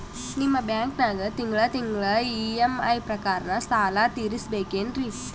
ನಿಮ್ಮ ಬ್ಯಾಂಕನಾಗ ತಿಂಗಳ ತಿಂಗಳ ಇ.ಎಂ.ಐ ಪ್ರಕಾರನ ಸಾಲ ತೀರಿಸಬೇಕೆನ್ರೀ?